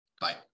Bye